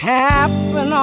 happen